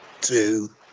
two